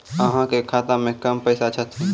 अहाँ के खाता मे कम पैसा छथिन?